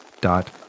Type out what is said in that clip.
dot